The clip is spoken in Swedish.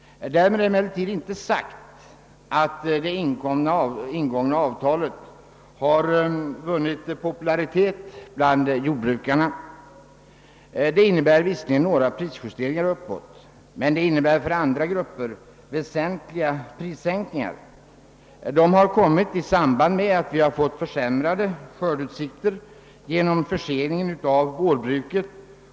Därmed är emellertid inte sagt att det ingångna avtalet har vunnit popularitet bland jordbrukarna. Det innebär visserligen några prisjusteringar uppåt men innebär för vissa grupper väsentliga prissänkningar. Därtill kommer att skördeutsikterna har försämrats genom förseningen av vårbruket.